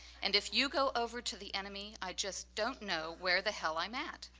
and if you go over to the enemy, i just don't know where the hell i'm at.